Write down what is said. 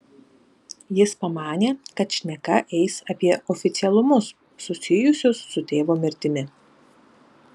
jis pamanė kad šneka eis apie oficialumus susijusius su tėvo mirtimi